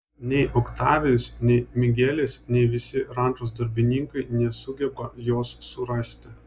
nei oktavijus nei migelis nei visi rančos darbininkai nesugeba jos surasti